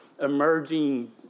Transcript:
emerging